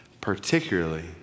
particularly